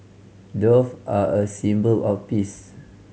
dove are a symbol of peace